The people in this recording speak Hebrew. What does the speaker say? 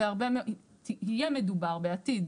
יהיה מדובר בעתיד,